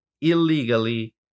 illegally